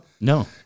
No